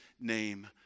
name